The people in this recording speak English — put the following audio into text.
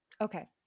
Okay